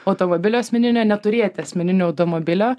automobilio asmeninio neturėti asmeninio automobilio